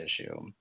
issue